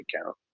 account